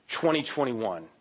2021